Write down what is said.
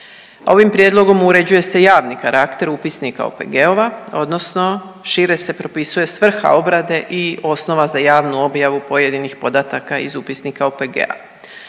Ovim prijedlogom uređuje se javni karakter upisnika OPG-ova odnosno šire se propisuje svrha obrade i osnova za javnu objavu pojedinih podataka iz upisnika OPG-a.